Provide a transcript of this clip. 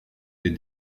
des